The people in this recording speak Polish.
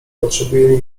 potrzebuje